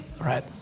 Right